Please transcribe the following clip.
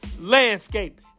landscape